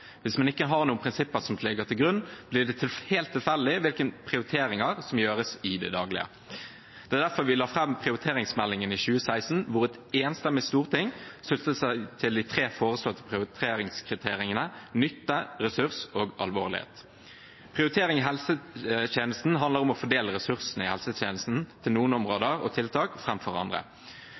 Hvis man ikke har noen prinsipper som ligger til grunn, blir det helt tilfeldig hvilke prioriteringer som gjøres i det daglige. Det er derfor vi la fram prioriteringsmeldingen i 2016, hvor et enstemmig storting sluttet seg til de tre foreslåtte prioriteringskriteriene: nytte, ressurs og alvorlighet. Prioritering i helsetjenesten handler om å fordele ressursene i helsetjenesten til noen områder og tiltak framfor andre.